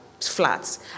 flats